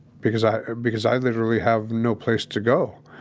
because i because i literally have no place to go,